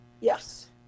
Yes